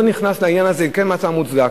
אני לא נכנס לעניין הזה אם המעצר כן מוצדק,